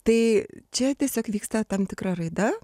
tai čia tiesiog vyksta tam tikra raida